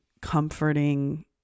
comforting